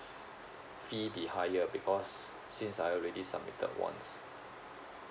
fee be higher because since I already submitted once